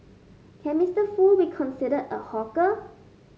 can Mister Foo be considered a hawker